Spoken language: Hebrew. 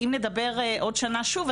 ואם נדבר בעוד שנה שוב,